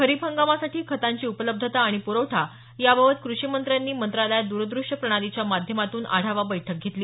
खरीप हंगामासाठी खतांची उपलब्धता आणि प्रवठा याबाबत कृषीमंत्र्यांनी मंत्रालयात दूरदृष्य प्रणालीच्या माध्यमातून आढावा बैठक घेतली